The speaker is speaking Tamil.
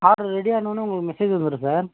ஆர்டரு ரெடி ஆனோன்னே உங்களுக்கு மெசேஜ் வந்துரும் சார்